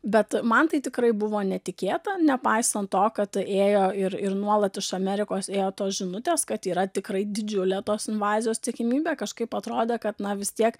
bet man tai tikrai buvo netikėta nepaisant to kad ėjo ir ir nuolat iš amerikos ėjo tos žinutės kad yra tikrai didžiulė tos invazijos tikimybė kažkaip atrodė kad na vis tiek